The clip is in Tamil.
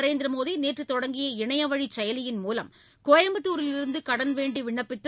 நரேந்திர மோடி நேற்று தொடங்கிய இணையவழி செயலியின் மூலம் கோயம்புத்தூரிலிருந்து கடன் வேண்டி விண்ணப்பித்த